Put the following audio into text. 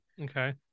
okay